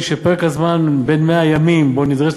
היא שפרק הזמן בן 100 הימים שבו נדרשת